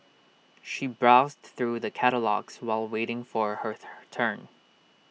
she browsed through the catalogues while waiting for her turn